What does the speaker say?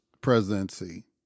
presidency